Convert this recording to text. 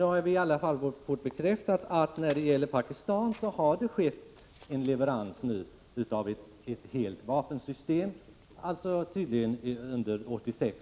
Vi har nu i varje fall när det gäller Pakistan fått bekräftat att det har skett en leverans av ett helt vapensystem, tydligen under februari månad 1986.